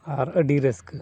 ᱟᱨ ᱟᱹᱰᱤ ᱨᱟᱹᱥᱠᱟᱹ